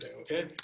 okay